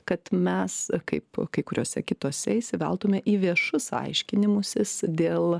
kad mes kaip kai kuriose kitose įsiveltume į viešus aiškinimusis dėl